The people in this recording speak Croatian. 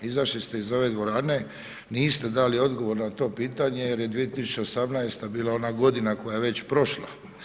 Izašli ste iz ove dvorane, niste dali odgovor na to pitanje jer je 2018. bila onda godina koja je već prošla.